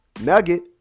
nugget